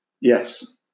Yes